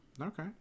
Okay